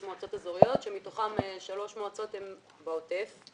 המועצות האזוריות מתוכן שלוש מועצות הן בעוטף.